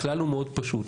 הכלל הוא מאוד פשוט.